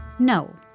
No